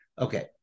Okay